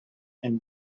and